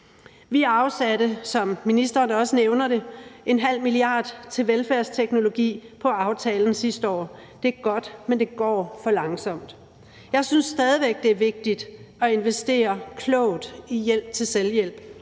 Vi afsatte, som ministeren også nævner, en halv milliard til velfærdsteknologi i aftalen sidste år. Det er godt, men det går for langsomt. Jeg synes stadig væk, det er vigtigt at investere klogt i hjælp til selvhjælp